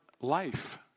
life